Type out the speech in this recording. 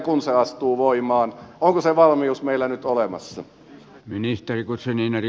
onko se valmius meillä nyt olemassa